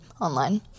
online